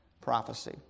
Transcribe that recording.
prophecy